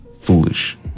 foolish